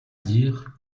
dire